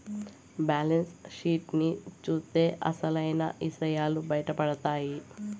balance sheet ని చూత్తే అసలైన ఇసయాలు బయటపడతాయి